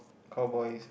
cowboy